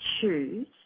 choose